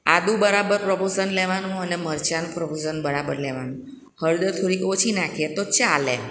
આદું બરાબર પ્રપોસન લેવાનું અને મર્ચાનું પ્રપોસન બરાબર લેવાનું હળદર થોડીક ઓછી નાખીએ તો ચાલે